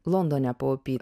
londone paupy